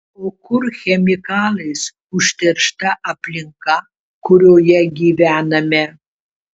o kur chemikalais užteršta aplinka kurioje gyvename